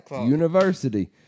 University